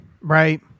Right